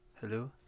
Hello